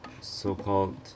so-called